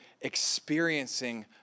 experiencing